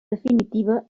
definitiva